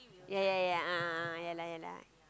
ya ya ya a'ah ah ya lah ya lah